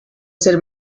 ser